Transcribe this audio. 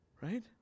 right